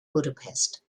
budapest